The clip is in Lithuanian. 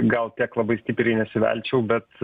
gal tiek labai stipriai nesivelčiau bet